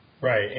Right